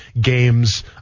games